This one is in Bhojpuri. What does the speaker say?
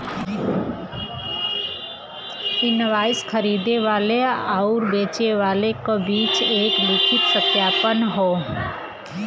इनवाइस खरीदे वाले आउर बेचे वाले क बीच एक लिखित सत्यापन हौ